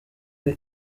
ibyo